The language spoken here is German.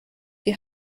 die